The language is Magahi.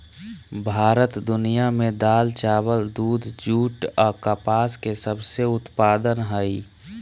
भारत दुनिया में दाल, चावल, दूध, जूट आ कपास के सबसे उत्पादन हइ